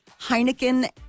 Heineken